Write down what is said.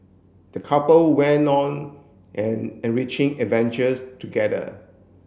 the couple went on an enriching adventures together